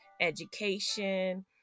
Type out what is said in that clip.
education